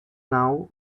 now